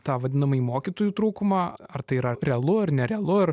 tą vadinamąjį mokytojų trūkumą ar tai yra realu ar nerealu ir